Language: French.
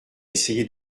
essayé